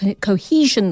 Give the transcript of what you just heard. Cohesion